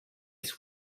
its